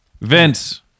Vince